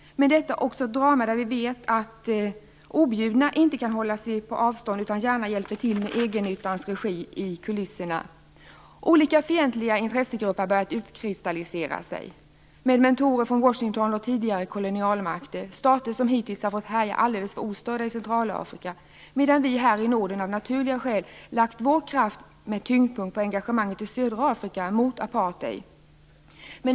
Men detta är också ett drama där vi vet att objudna inte kan hålla sig på avstånd utan gärna hjälper till med egennyttans regi i kulisserna. Olika fientliga intressegrupper har börjat utkristallisera sig, med mentorer från Washington och tidigare kolonialmakter, stater som hittills har fått härja alldeles för ostörda i Centralafrika, medan vi här i Norden av naturliga skäl har lagt vår kraft och tyngdpunkt på engagemanget i södra Afrika och kampen mot apartheid.